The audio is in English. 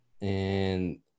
And-